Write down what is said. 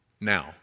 now